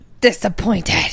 disappointed